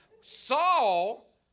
Saul